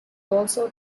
also